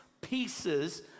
pieces